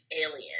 alien